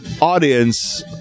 audience